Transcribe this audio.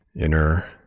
inner